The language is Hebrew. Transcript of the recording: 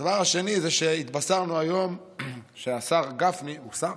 הדבר השני הוא שהתבשרנו היום שהשר גפני, הוא שר?